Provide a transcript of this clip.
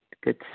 good